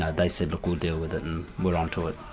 ah they said, look, we'll deal with it and we're on to it,